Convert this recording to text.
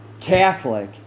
Catholic